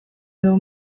edo